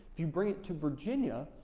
if you bring it to virginia,